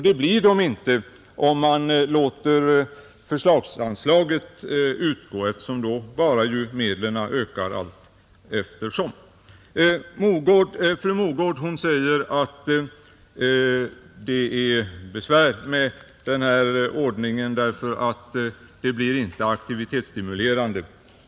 Det blir inte möjligt om man låter förslagsanslag utgå, eftersom medlen då bara ökar allteftersom. Fru Mogård säger att den ordning som föreslås av utskottsmajoriteten inte blir aktivitetsstimulerande.